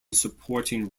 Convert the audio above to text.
supporting